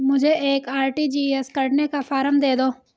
मुझे एक आर.टी.जी.एस करने का फारम दे दो?